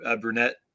brunette